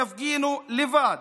יפגינו לבד,